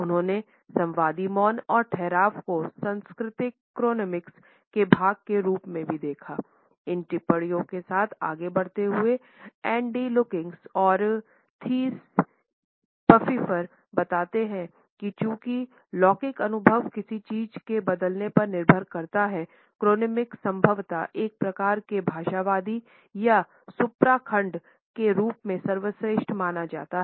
उन्होंने संवादी मौन और ठहराव को सांस्कृतिक क्रोनेमिक्स संभवतः एक प्रकार के भाषाविद या सुप्रा खंड के रूप में सर्वश्रेष्ठ माना जाता है